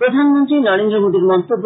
প্রধানমন্ত্রী নরেন্দ্র মোদির মন্তব্য